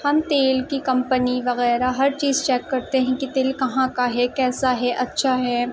ہم تیل کی کمپنی وغیرہ ہر چیز چیک کرتے ہیں کہ تیل کہاں کا ہے کیسا ہے اچھا ہے